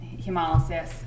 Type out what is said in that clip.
hemolysis